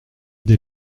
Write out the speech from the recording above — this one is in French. des